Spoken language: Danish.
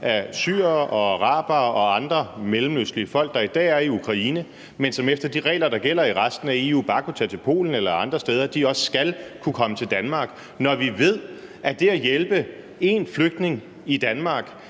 at syrere og arabere og andre mellemøstlige folk, der i dag er i Ukraine, men som efter de regler, der gælder i resten af EU, bare kunne tage til Polen eller andre steder, også skal kunne komme til Danmark, når vi ved, at det at hjælpe én flygtning i Danmark